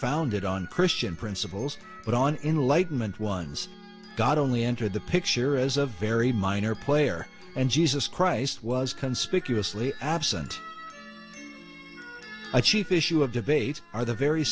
founded on christian principles but on enlightenment ones god only entered the picture as a very minor player and jesus christ was conspicuously absent a chief issue of debate are the very